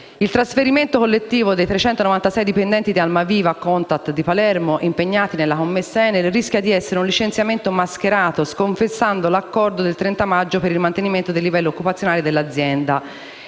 Il trasferimento collettivo dei 396 dipendenti di Almaviva Contact di Palermo impegnati nella commessa ENEL rischia di essere un licenziamento mascherato, che sconfessa l'accordo del 30 maggio per il mantenimento dei livelli occupazionali dell'azienda.